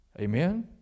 Amen